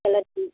चलो ठीक